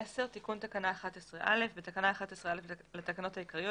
10.תיקון תקנה 11א בתקנה 11א לתקנות העיקריות,